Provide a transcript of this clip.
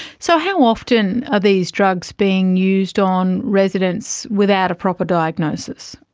so how often are these drugs being used on residents without a proper diagnosis?